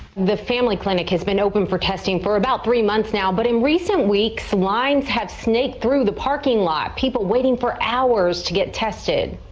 the family clinic has been open for testing for about three months now, but in recent weeks, lines have snaked through the parking lot. people waiting for hours to get tested.